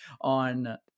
on